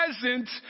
present